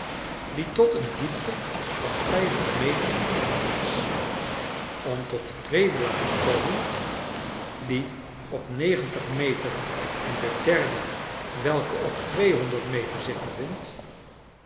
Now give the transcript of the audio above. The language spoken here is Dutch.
die tot een diepte van vijftig meter gegraven is om tot de tweede laag te komen die op negentig meter en de derde welke op tweehonderd meter zich bevindt